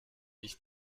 ich